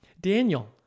Daniel